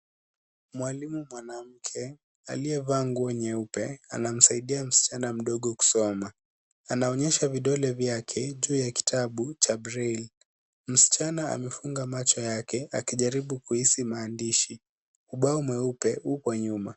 Mwalimu mwanamke aliyevaa nguo nyeupe, anamsaidia mschana mdogo kusoma. Anaonyesha vidole vyake juu ya kitabu cha breille. Mschana amefunga macho yake akijaribu kuhisi maandishi. Ubao mweupe upo nyuma.